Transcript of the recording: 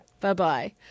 Bye-bye